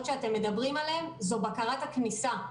שאתם מדברים עליהם זאת בקרת הכניסה.